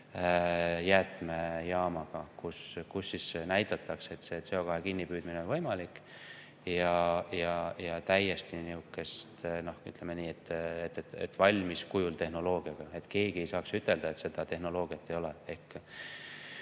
jäätmejaamaga, kus näidatakse, et CO2kinnipüüdmine on võimalik ja täiesti, ütleme, valmis kujul tehnoloogiaga. Nii et keegi ei saaks ütelda, et seda tehnoloogiat ei ole.